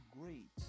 great